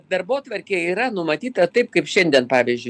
darbotvarkė yra numatyta taip kaip šiandien pavyzdžiui